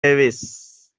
davis